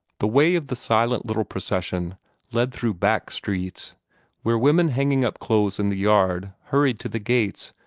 the way of the silent little procession led through back streets where women hanging up clothes in the yards hurried to the gates,